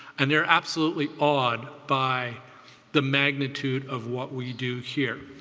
and they're absolutely awed by the magnitude of what we do here.